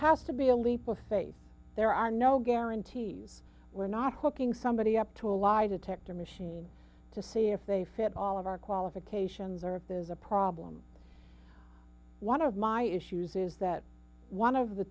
has to be a leap of faith there are no guarantees we're not hooking somebody up to a lie detector machine to see if they fit all of our qualifications or if there's a problem one of my issues is that one of the